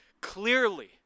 clearly